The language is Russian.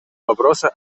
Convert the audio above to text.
вопроса